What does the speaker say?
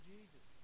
Jesus